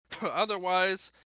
otherwise